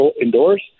indoors